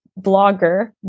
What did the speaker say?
Blogger